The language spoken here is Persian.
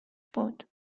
بود